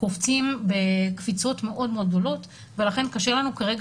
קופצים בקפיצות מאוד מאוד גדולות ולכן קשה לנו כרגע